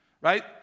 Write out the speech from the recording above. right